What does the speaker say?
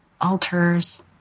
altars